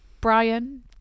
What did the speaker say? brian